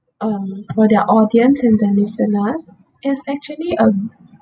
um for their audience and their listeners it's actually um